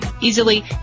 easily